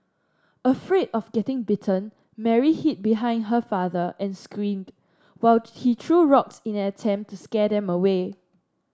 afraid of getting bitten Mary hid behind her father and screamed while he threw rocks in an attempt to scare them away